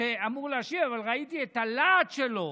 שאמור להשיב אבל ראיתי את הלהט שלו